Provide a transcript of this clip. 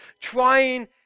trying